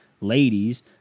ladies